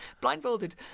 blindfolded